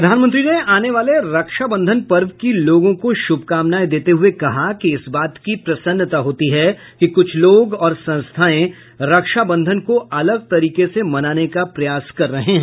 प्रधानमंत्री ने आने वाले रक्षाबंधन पर्व की लोगों को शुभकामनाएं देते हुये कहा कि इस बात की प्रसन्नता होती है कि कुछ लोग और संस्थाएं रक्षाबंधन को अलग तरीके से मनाने का प्रयास कर रहे हैं